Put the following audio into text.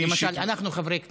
למשל, אנחנו, חברי הכנסת,